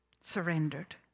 surrendered